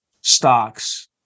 stocks